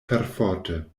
perforte